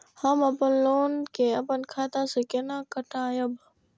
हम अपन लोन के अपन खाता से केना कटायब?